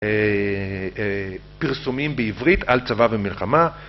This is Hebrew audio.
פרסומים בעברית על צבא ומלחמה.